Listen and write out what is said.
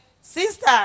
Sister